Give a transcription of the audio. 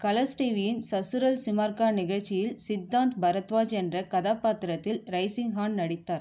colours டிவியின் சசுரல் சிமார் கா நிகழ்ச்சியில் சித்தாந்த் பரத்வாஜ் என்ற கதாபாத்திரத்தில் ரைசிங்ஹான் நடித்தார்